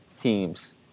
teams